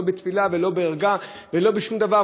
לא בתפילה ולא בערגה ולא בשום דבר,